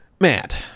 Matt